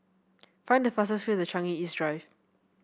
find the fastest way to Changi East Drive